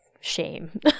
shame